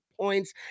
points